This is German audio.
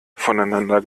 voneinander